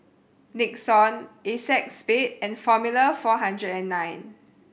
Nixon Acexspade and Formula Four Hundred And Nine